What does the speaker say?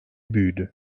büyüdü